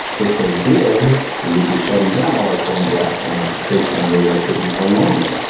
if they did we would be shutting down all our coal and gas plants based on radioactivity alone.